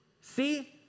See